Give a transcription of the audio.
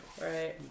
Right